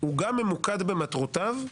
הוא גם ממוקד במטרותיו,